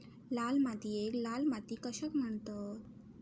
लाल मातीयेक लाल माती कशाक म्हणतत?